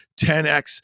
10x